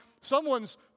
someone's